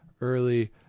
early